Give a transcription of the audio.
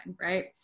right